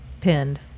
pinned